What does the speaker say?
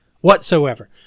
whatsoever